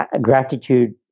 gratitude